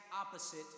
opposite